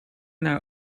naar